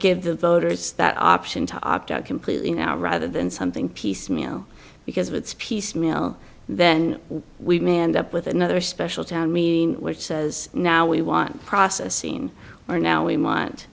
give the voters that option to opt out completely now rather than something piecemeal because it's piecemeal then we manned up with another special town meeting which says now we want processing our now we want